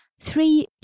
three